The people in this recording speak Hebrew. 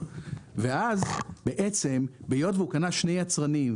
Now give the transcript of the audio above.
ואז בעצם היות והוא קנה שני יצרנים,